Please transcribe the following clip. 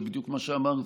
זה בדיוק מה שאמרתי.